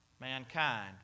mankind